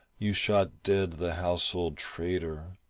you shot dead the household traitor,